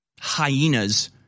hyenas